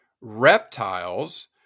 reptiles